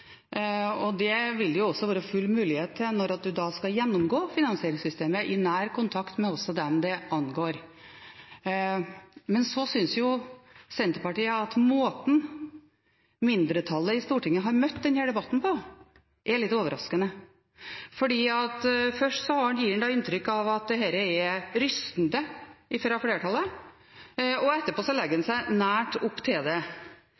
og det vil det også være full mulighet til når en skal gjennomgå finansieringssystemet i nær kontakt med dem det angår. Men Senterpartiet synes at måten mindretallet i Stortinget har møtt denne debatten på, er litt overraskende, for først gir en fra flertallets side inntrykk av at dette er rystende, og etterpå legger en seg nært opptil det.